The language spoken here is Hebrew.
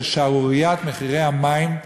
של שערוריית מחירי המים,